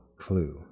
clue